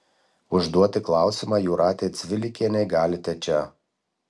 užduoti klausimą jūratei cvilikienei galite čia